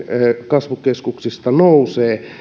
kasvukeskuksissa nousevat